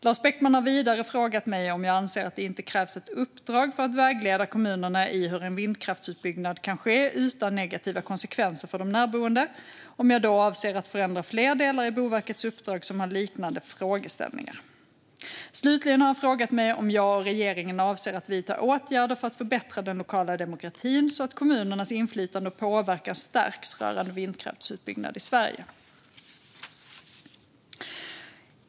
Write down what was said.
Lars Beckman har vidare frågat mig om jag anser att det inte krävs ett uppdrag för att vägleda kommunerna i hur en vindkraftsutbyggnad kan ske utan negativa konsekvenser för de närboende och om jag då avser att förändra fler delar i Boverkets uppdrag som har liknande frågeställningar. Slutligen har han frågat mig om jag och regeringen avser att vidta åtgärder för att förbättra den lokala demokratin, så att kommunernas inflytande och påverkan stärks rörande vindkraftsutbyggnad i Sverige.